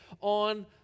on